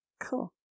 Cool